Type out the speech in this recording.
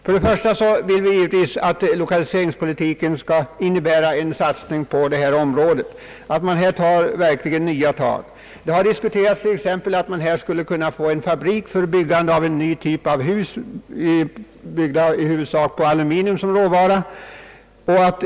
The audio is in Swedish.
För det första vill vi givetvis att 1okaliseringspolitiken skall innebära en satsning på här ifrågavarande område och att det verkligen tas nya tag. Det har t.ex. diskuterats möjligheten att få en fabrik förlagd hit för framställning av en ny typ av hus, med aluminium som huvudsaklig råvara.